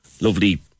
lovely